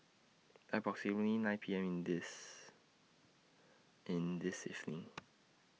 approximately nine P M in This in This evening